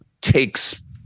takes